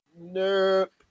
nope